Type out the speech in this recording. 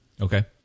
Okay